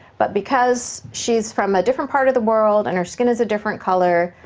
but because she's from a different part of the world and her skin is a different color,